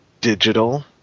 digital